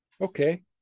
Okay